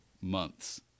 months